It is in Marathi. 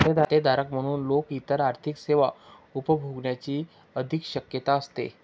खातेधारक म्हणून लोक इतर आर्थिक सेवा उपभोगण्याची अधिक शक्यता असते